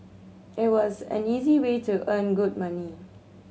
it was an easy way to earn good money